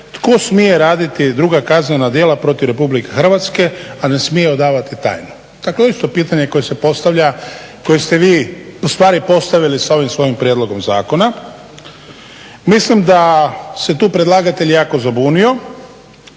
tko smije raditi druga kaznena djela protiv RH, a da smije odavati tajnu? Dakle, isto pitanje koje se postavlja koje ste vi ustvari postavili sa ovim svojim prijedlogom zakona. Mislim da se tu predlagatelj jako zabunio.